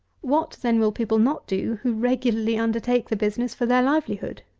what then will people not do, who regularly undertake the business for their livelihood?